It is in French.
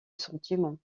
sentiment